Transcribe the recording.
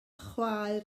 chwaer